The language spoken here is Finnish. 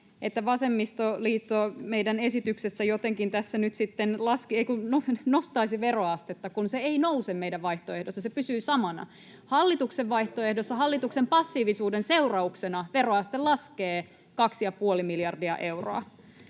että vasemmistoliitto meidän esityksessä jotenkin tässä nyt sitten nostaisi veroastetta. Se ei nouse meidän vaihtoehdossa, se pysyy samana. Hallituksen vaihtoehdossa hallituksen passiivisuuden seurauksena veroaste laskee 2,5 miljardia euroa.